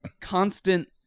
constant